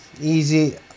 Easy